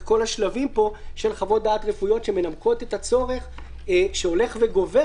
כל השלבים פה של חוות-דעת רפואיות שמנמקות את הצורך ההולך וגובר.